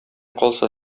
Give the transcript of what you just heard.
калса